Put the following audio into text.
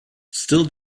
still